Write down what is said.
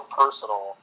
personal